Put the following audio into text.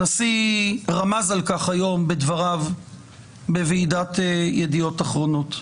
הנשיא רמז על כך היום בדבריו בוועידת "ידיעות אחרונות".